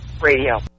Radio